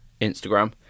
Instagram